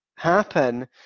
happen